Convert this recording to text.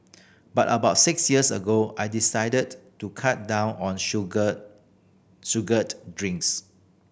but about six years ago I decided to cut down on sugar sugared drinks